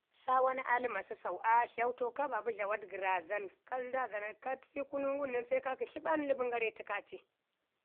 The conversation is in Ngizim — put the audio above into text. Saawana ləma səsau aa dlautau kaa babu dlawaɗ gərrazan ka təfi kunu ngun se kaiki tləɓan ləmən gara ii təka ci.